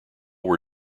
were